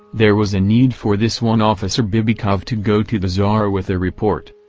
there was a need for this one officer bibikov to go to the tsar with a report.